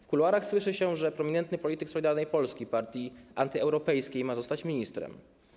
W kuluarach słyszy się, że prominentny polityk Solidarnej Polski, partii antyeuropejskiej, ma zostać ministrem.